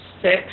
Six